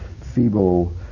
feeble